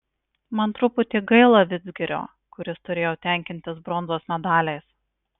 man truputį gaila vidzgirio kuris turėjo tenkintis bronzos medaliais